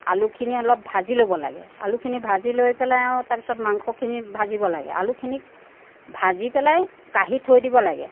আলুখিনি অলপ ভাজি ল'ব লাগে আলুখিনি ভাজি লৈ পেলাই আৰু তাৰ পিছত মাংসখিনি ভাজিব লাগে আলুখিনিক ভাজি পেলাই কাঢ়ি থৈ দিব লাগে